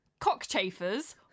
cockchafers